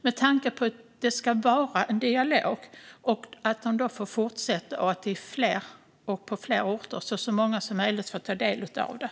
Det ska ju fortsätta vara dialoger, och de ska föras på fler orter så att så många som möjligt får ta del av dem.